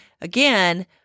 Again